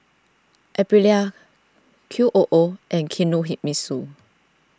Aprilia Q O O and Kinohimitsu